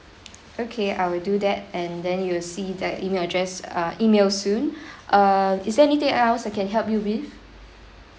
okay I will do that and then you will see the email address uh email soon err is there anything else I can help you with